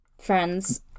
friends